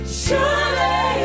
surely